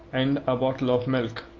and a bottle of milk,